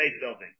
Building